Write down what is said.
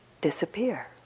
disappear